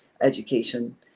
education